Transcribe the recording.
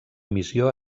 missió